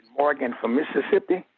morgan from mississippi.